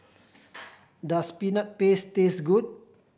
does Peanut Paste taste good